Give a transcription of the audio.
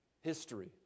history